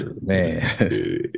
man